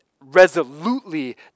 resolutely